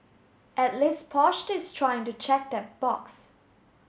at least Porsche is trying to check that box